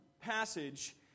passage